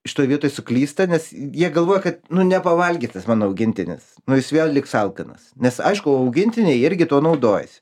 šitoj vietoj suklysta nes jie galvoja kad nu nepavalgys tas mano augintinis nu jis vėl liks alkanas nes aišku augintiniai irgi tuo naudojasi